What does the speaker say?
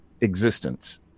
existence